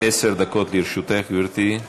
עשר דקות לרשותך, גברתי.